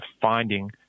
finding